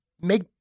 make